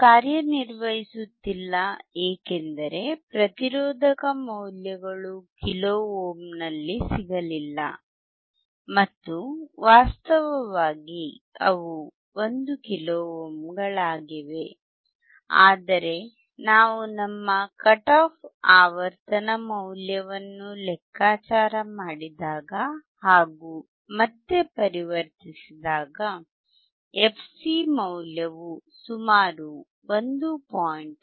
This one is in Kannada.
ಇದು ಕಾರ್ಯನಿರ್ವಹಿಸುತ್ತಿಲ್ಲ ಏಕೆಂದರೆ ಪ್ರತಿರೋಧಕ ಮೌಲ್ಯಗಳು ಕಿಲೋ ಓಮ್ನಲ್ಲಿ ಸಿಗಲಿಲ್ಲ ಮತ್ತು ವಾಸ್ತವವಾಗಿ ಅವು 1 ಕಿಲೋ ಓಮ್ಗಳಾಗಿವೆ ಆದರೆ ನಾವು ನಮ್ಮ ಕಟ್ ಆಫ್ ಆವರ್ತನ ಮೌಲ್ಯವನ್ನು ಲೆಕ್ಕಾಚಾರ ಮಾಡಿದಾಗ ಹಾಗು ಮತ್ತೆ ಪರಿವರ್ತಿಸಿದಾಗ fc ಮೌಲ್ಯವು ಸುಮಾರು 1